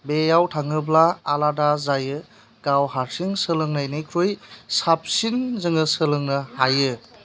बेयाव थाङोब्ला आलादा जायो गाव हारसिं सोलोंनायनिख्रुइ साबसिन जोङो सोलोंनो हायो